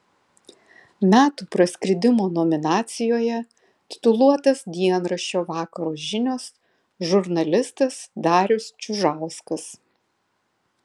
metų praskridimo nominacijoje tituluotas dienraščio vakaro žinios žurnalistas darius čiužauskas